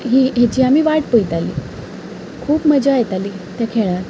हेचीं आमी वाट पळयतालीं खूब मजा येताली ते खेळांत